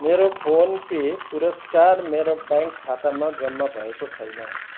मेरो PhonePe पुरस्कार मेरो ब्याङ्क खातामा जम्मा भएको छैन